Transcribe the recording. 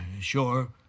Sure